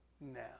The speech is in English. now